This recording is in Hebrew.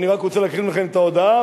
אני רק רוצה להקריא לכם את ההודעה,